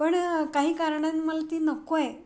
पण काही कारणने मला ती नको आहे